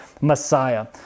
Messiah